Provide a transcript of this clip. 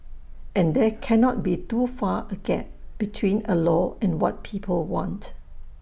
and there cannot be too far A gap between A law and what people want